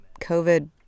covid